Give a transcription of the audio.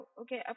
Okay